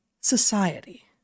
society